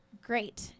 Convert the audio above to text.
great